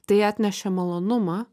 tai atnešė malonumą